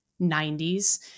90s